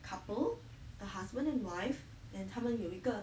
couple a husband and wife and 他们有一个